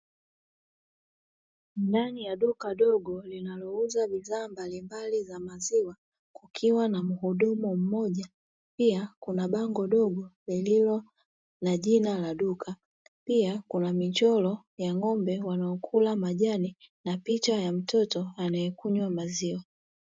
Ndani ya duka dogo linalouza bidhaa mbalimbali za maziwa, kukiwa na mhudumu mmoja pia kuna bango dogo lililo na jina la duka, pia kuna michoro ya ng’ombe wanaokula majani na picha ya mtoto anayekunywa maziwa.